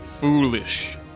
Foolish